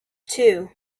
two